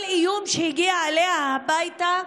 כל איום שהגיע אליה הביתה,